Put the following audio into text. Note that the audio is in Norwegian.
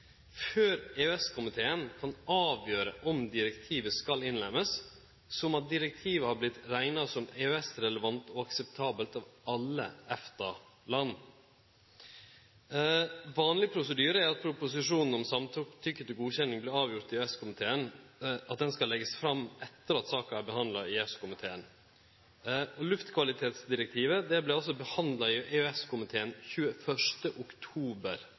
Før EØS-komiteen kan avgjere om direktivet skal innlemmast, må direktivet ha vorte rekna som EØS-relevant og akseptabelt av alle EFTA-land. Vanleg prosedyre er at proposisjonen om samtykke til godkjenning vert avgjord i EØS-komiteen, at han skal leggjast fram etter at saka er behandla i EØS-komiteen. Luftkvalitetsdirektivet vart behandla i EØS-komiteen 21. oktober